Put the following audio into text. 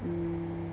mm